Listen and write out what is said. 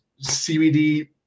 CBD